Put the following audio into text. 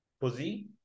Pussy